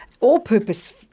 all-purpose